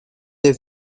the